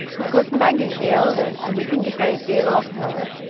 of course maggie's the eldest, and we think a great deal of her,